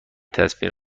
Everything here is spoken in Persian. تصویر